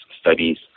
studies